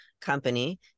company